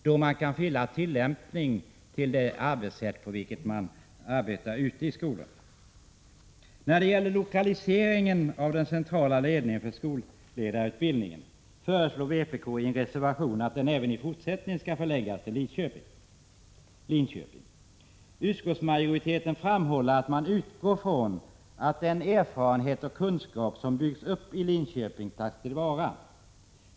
Då kan man tillämpa arbetssättet ute i skolorna. När det gäller lokaliseringen av den centrala ledningen för skolledarutbildningen föreslår vpk i en reservation att den även i fortsättningen skall vara förlagd till Linköping. Utskottsmajoriteten framhåller att den utgår ifrån att den erfarenhet och kunskap som byggts upp i Linköping tas till vara.